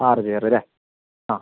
ആറ് ചെയർ അല്ലെ ആ